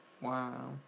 Wow